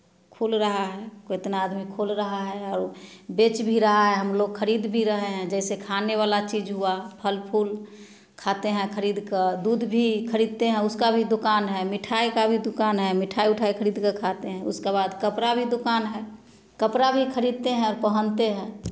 खुल रहा है कितना आदमी खोल रहा है और बेच भी रहा है हम लोग खरीद भी रहे हैं जैसे खाने वाला चीज़ हुआ फल फूल खाते हैं खरीद कर दूध भी खरीदते हैं उसका भी दुकान है मिठाई का भी दुकान है मिठाई उठाई खरीद कर खाते हैं उसके बाद कपड़ा का दुकान है कपड़ा भी खरीदते हैं और पहनते हैं